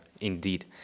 indeed